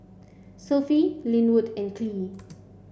Sophie Linwood and Kylee